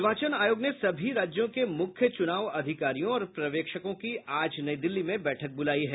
निर्वाचन आयोग ने सभी राज्यों के मुख्य चुनाव अधिकारियों और पर्यवेक्षकों की आज नई दिल्ली में बैठक ब्रलायी है